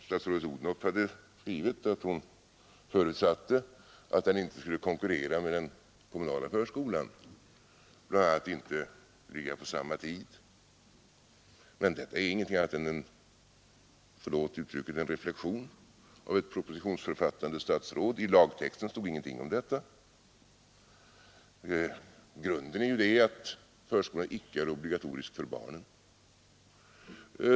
Statsrådet Odhnoff hade skrivit att hon förutsatte att den inte skulle konkurrera med den kommunala förskolan, bl.a. inte ligga på samma tid. Men detta är ingenting annat — förlåt uttrycket — än en reflexion av ett propositionsförfattande statsråd. I lagtexten stod ingenting om detta. Grunden är ju den att förskolan icke är obligatorisk för barnen.